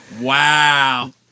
wow